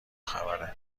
خبره